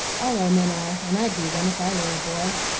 all our men are, and i'd be one if i were a boy.